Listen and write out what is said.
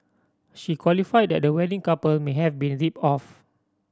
she qualified that the wedding couple may have been ripped off